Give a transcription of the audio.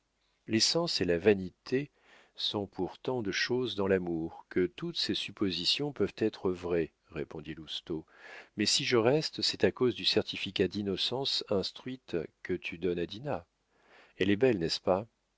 et la vanité sont pour tant de choses dans l'amour que toutes ces suppositions peuvent être vraies répondit lousteau mais si je reste c'est à cause du certificat d'innocence instruite que tu donnes à dinah elle est belle n'est-ce pas